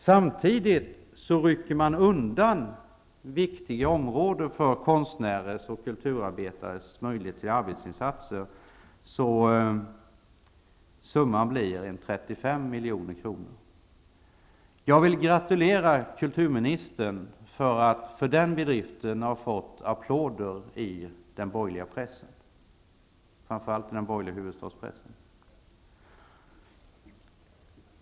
Samtidigt rycker man undan viktiga områden från konstnärers och kulturarbetares möjligheter till arbetsinsatser. Summan blir därför ca 35 milj.kr. Jag vill gratulera kulturministern till att för den bedriften ha fått applåder i den borgerliga pressen, framför allt den borgerliga huvudstadspressen.